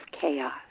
chaos